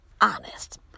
honest